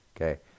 Okay